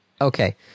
Okay